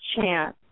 chance